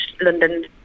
London